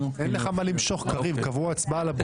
אין לך מה למשוך, קריב, קבעו הצבעה לבוקר.